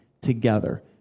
together